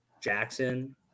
Jackson